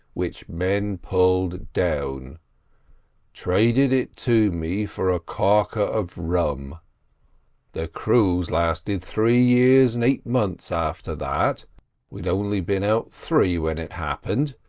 which men pulled down traded it to me for a caulker of rum the cruise lasted three years and eight months after that we'd only been out three when it happened.